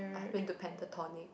I've been to Pentatonix